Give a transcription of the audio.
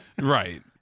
Right